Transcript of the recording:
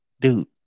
Dude